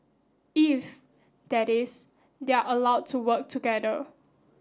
if that is they are allowed to work together